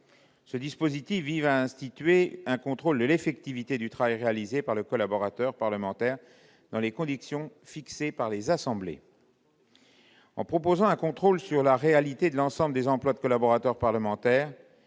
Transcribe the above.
Cet amendement vise à instituer un contrôle de l'effectivité du travail réalisé par le collaborateur parlementaire dans des conditions fixées par les assemblées. En proposant un contrôle sur la réalité de l'emploi de l'ensemble des collaborateurs parlementaires,